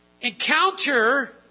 encounter